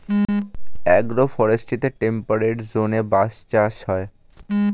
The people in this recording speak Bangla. অ্যাগ্রো ফরেস্ট্রিতে টেম্পারেট জোনে বাঁশ চাষ হয়